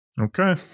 okay